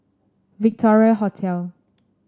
Victoria Hotel